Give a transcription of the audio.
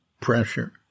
pressure